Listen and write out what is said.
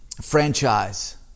Franchise